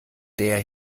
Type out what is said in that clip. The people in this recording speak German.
der